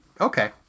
okay